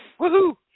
Woohoo